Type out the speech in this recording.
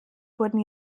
wurden